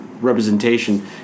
representation